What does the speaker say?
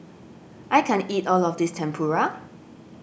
I can't eat all of this Tempura